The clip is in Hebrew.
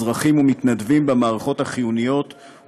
אזרחים ומתנדבים במערכות החיוניות,